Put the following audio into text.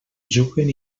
juguen